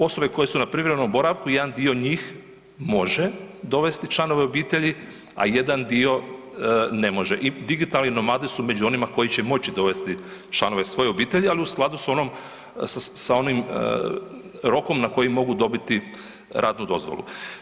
Osobe koje su na privremenom boravku, jedan dio njih može dovesti članove obitelji, a jedan dio ne može i digitalni nomadi su među onima koji će moći dovesti članove svoje obitelji, ali u skladu s onom, sa onim rokom na koji mogu dobiti radnu dozvolu.